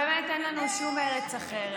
באמת אין לנו שום ארץ אחרת,